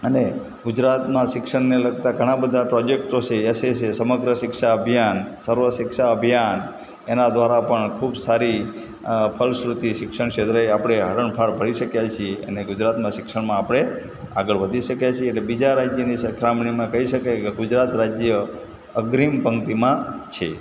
અને ગુજરાતમાં શિક્ષણને લગતા ઘણા બધા પ્રોજેક્ટો છે એસ એસ એ સમગ્ર શિક્ષા અભિયાન સર્વ શિક્ષા અભિયાન એના દ્વારા પણ ખૂબ સારી ફલશ્રુતિ શિક્ષણ ક્ષેત્રે આપણે હરણફાળ ભરી શક્યા છીએ અને ગુજરાતમાં શિક્ષણમાં આપણે આગળ વધી શક્યા છીએ એટલે બીજા રાજ્યોની સરખામણીમાં કહી શકાય કે ગુજરાત રાજ્ય અગ્રીમ પંક્તિમાં છે